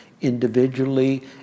individually